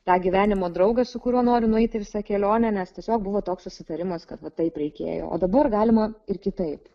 tą gyvenimo draugą su kuriuo noriu nueiti visą kelionę nes tiesiog buvo toks susitarimas kad va taip reikėjo o dabar galima ir kitaip